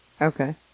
Okay